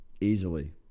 easily